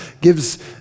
gives